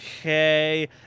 okay